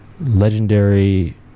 legendary